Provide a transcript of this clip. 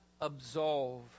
absolve